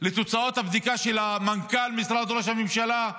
לתוצאות הבדיקה של מנכ"ל משרד ראש הממשלה.